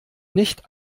nicht